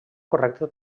correcta